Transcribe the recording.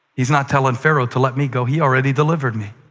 he's not telling pharaoh to let me go he already delivered me.